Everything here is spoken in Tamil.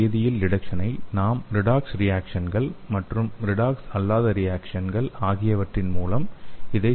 மின் வேதியியல் டிடெக்ஸனை நாம் ரிடாக்ஸ் ரியேக்சன்கள் மற்றும் ரிடாக்ஸ் அல்லாத ரியேக்சன்கள் ஆகியவற்றின் மூலம் இதை செய்ய முடியும்